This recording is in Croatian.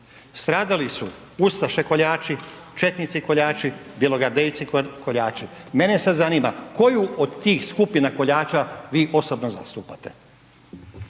Stradali su ustaše koljački, četnici koljači, bjelogardejci koljači. Mene sada zanima, koju od tih skupina koljača vi osobno zastupate?